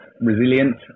resilient